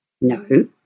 No